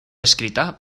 escrita